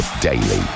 Daily